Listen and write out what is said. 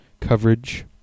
coverage